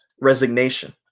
resignation